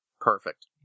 Perfect